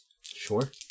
Sure